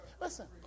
Listen